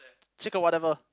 chicken whatever